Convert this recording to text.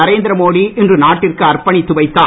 நரேந்திர மோடி இன்று நாட்டிற்கு அர்ப்பணித்து வைத்தார்